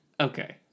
Okay